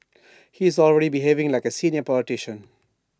he is already behaving like A senior politician